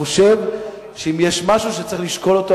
אני חושב שאם יש משהו שצריך לשקול אותו,